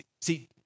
See